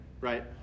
right